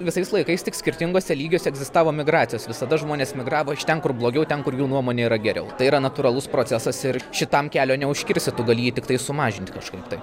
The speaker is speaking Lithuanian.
visais laikais tik skirtinguose lygiuose egzistavo migracijos visada žmonės migravo iš ten kur blogiau ten kur jų nuomone yra geriau tai yra natūralus procesas ir šitam kelio neužkirsi tu gali jį tiktai sumažint kažkaip tai